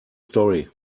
story